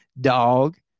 Dog